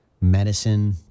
medicine